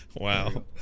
Wow